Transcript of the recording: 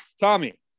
tommy